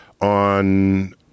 on